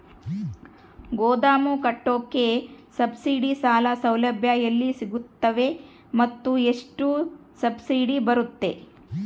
ಗೋದಾಮು ಕಟ್ಟೋಕೆ ಸಬ್ಸಿಡಿ ಸಾಲ ಸೌಲಭ್ಯ ಎಲ್ಲಿ ಸಿಗುತ್ತವೆ ಮತ್ತು ಎಷ್ಟು ಸಬ್ಸಿಡಿ ಬರುತ್ತೆ?